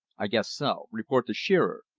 i guess so. report to shearer.